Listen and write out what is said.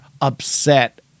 upset